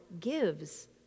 gives